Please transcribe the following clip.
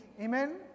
amen